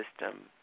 system